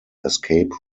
escape